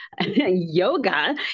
yoga